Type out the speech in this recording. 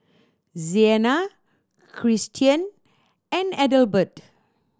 Sienna Kristian and Adelbert